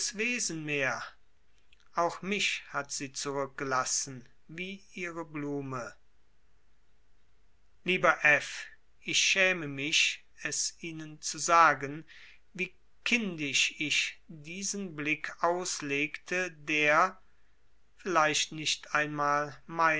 wesen mehr auch mich hat sie zurückgelassen wie ihre blume lieber f ich schäme mich es ihnen zu sagen wie kindisch ich diesen blick auslegte der vielleicht nicht einmal